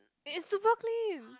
is it super clean